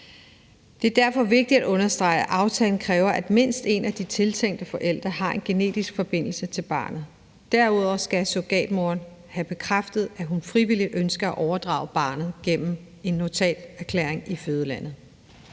Det er derfor vigtigt at understrege, at aftalen kræver, at mindst en af de tiltænkte forældre har en genetisk forbindelse til barnet. Derudover skal surrogatmoren have bekræftet, at hun frivilligt ønsker at overdrage barnet gennem en notaterklæring i fødelandet.